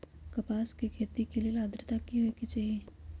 कपास के खेती के लेल अद्रता की होए के चहिऐई?